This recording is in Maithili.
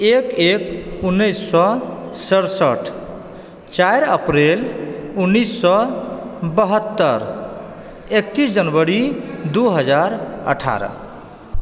एक एक उन्नैस सए सठसठि चारि अप्रील उन्नैस सए बहत्तर एकैस जनवरी दू हजार अठारह